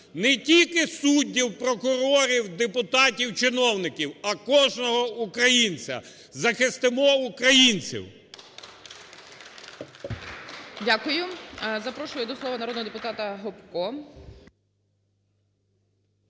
не тільки суддів, прокурорів, депутатів, чиновників, а кожного українця. Захистимо українців! (Оплески) ГОЛОВУЮЧИЙ. Дякую. Запрошую до слова народного депутатаГопко.